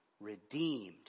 redeemed